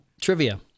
Trivia